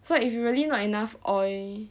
so if you really not enough oil